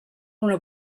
una